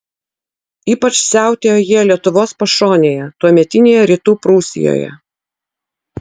ypač siautėjo jie lietuvos pašonėje tuometinėje rytų prūsijoje